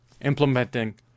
implementing